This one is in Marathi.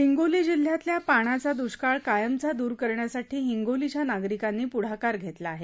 हिंगोली जिल्ह्यातल्या पाण्याचा द्ष्काळ कायमचा दूर करण्यासाठी हिंगोलीच्या नागरिकांनी पुढाकार घेतला आहे